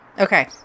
Okay